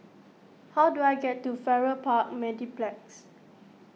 how do I get to Farrer Park Mediplex